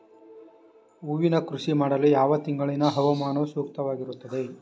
ಹೂವಿನ ಕೃಷಿ ಮಾಡಲು ಯಾವ ತಿಂಗಳಿನ ಹವಾಮಾನವು ಸೂಕ್ತವಾಗಿರುತ್ತದೆ?